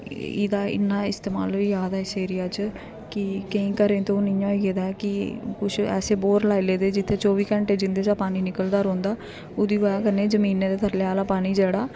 एह्दा इ'न्ना इस्तेमाल होई जा दा ऐ इस एरिया च कि केईं घरें च ते हून इ'यां होई गेदा ऐ कि कुछ ऐसे बोर लाई ले दे जित्थें चौबी घैंटे जिं'दे चा पानी निकलदा रौहंदा ओह्दी बजह् कन्नै जमीनै दे थल्ले आह्ला पानी जेह्ड़ा